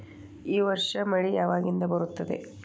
ಈ ವರ್ಷ ಮಳಿ ಯಾವಾಗಿನಿಂದ ಬರುತ್ತದೆ?